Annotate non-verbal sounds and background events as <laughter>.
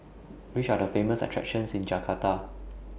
<noise> Which Are The Famous attractions in Jakarta